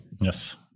yes